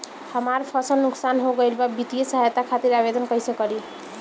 हमार फसल नुकसान हो गईल बा वित्तिय सहायता खातिर आवेदन कइसे करी?